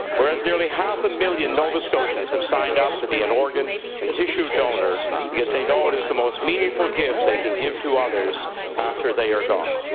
whereas nearly half a million nova scotians have signed up to be an organ and tissue donor because they know it is the most meaningful gift they can give to others after they are gone.